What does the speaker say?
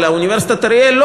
על אוניברסיטת אריאל?